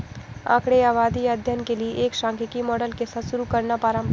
आंकड़े आबादी या अध्ययन के लिए एक सांख्यिकी मॉडल के साथ शुरू करना पारंपरिक है